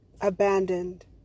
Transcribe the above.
abandoned